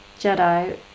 Jedi